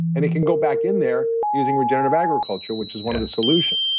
and it can go back in there using regenerative agriculture, which is one of the solutions.